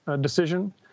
decision